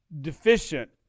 deficient